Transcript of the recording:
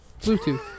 bluetooth